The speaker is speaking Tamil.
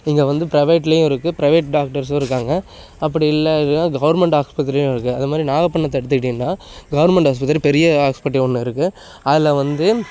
இங்கே வந்து ப்ரைவேட்லையும் இருக்கு ப்ரைவேட் டாக்டர்ஸும் இருக்காங்க அப்படி இல்லை இதுன்னா கவுர்மெண்ட் ஹாஸ்பத்திரியும் இருக்கு அது மாதிரி நாகப்பட்னத்தை எடுத்துக்கிட்டிங்கன்னா கவுர்மெண்ட் ஹாஸ்பத்திரி பெரிய ஹாஸ்பிட்டல் ஒன்று இருக்கு அதில் வந்து